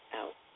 out